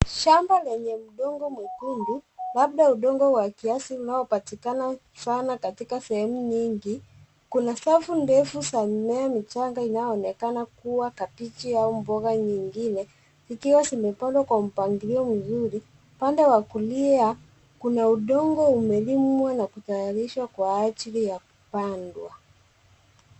Shamba lenye udongo mwekundu, labda udongo wa kiasi unaopatikana sana katika sehemu nyingi. Kuna safu ndefu za mimea michanga inayoonekana kuwa kabichi au mboga nyingine, ikiwa zimepandwa kwa mpangilio mzuri. Upande wa kulia kuna udongo umelimwa na kutayarishwa kwa ajili ya kupandwa.